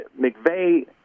McVeigh